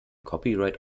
copyright